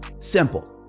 Simple